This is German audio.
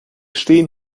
stehen